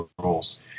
roles